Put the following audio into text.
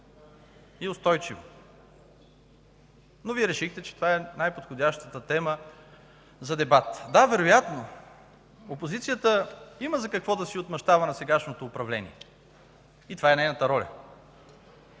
и устойчиво. Но Вие решихте, че това е най-подходящата тема за дебат. Да, вероятно, опозицията има за какво да си отмъщава на сегашното управление и това е нейната роля.